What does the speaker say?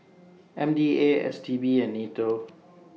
M D A S T B and NATO